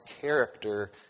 character